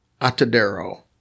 Atadero